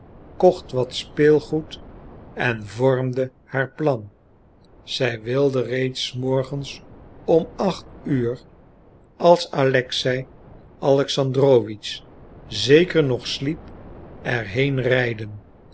kocht wat speelgoed en vormde haar plan zij wilde reeds s morgens om acht uur als alexei alexandrowitsch zeker nog sliep er heen rijden